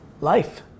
Life